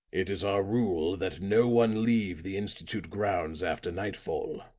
it is our rule that no one leave the institute grounds after nightfall,